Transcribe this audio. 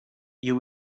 you